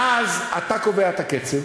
ואז אתה קובע את הקצב,